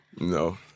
No